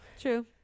true